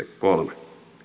kolmatta